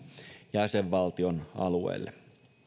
jäsenvaltion alueelle